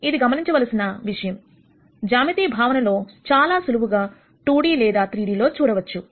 ఇది గమనించవలసిన విషయం జ్యామితి భావనలో చాలా సులువుగా 2D లేదా 3D లో చూడవచ్చు